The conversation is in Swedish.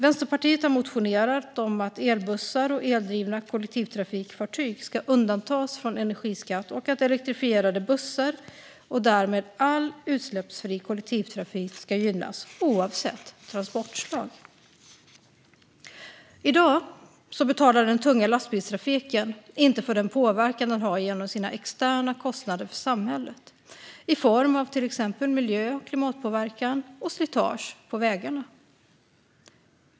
Vänsterpartiet har motionerat om att elbussar och eldrivna kollektivtrafikfartyg ska undantas från energiskatt och att elektrifierade bussar och därmed all utsläppsfri kollektivtrafik ska gynnas oavsett transportslag. I dag betalar den tunga lastbilstrafiken inte för den påverkan den har genom sina externa kostnader för samhället i form av till exempel miljö och klimatpåverkan och slitage på vägarna.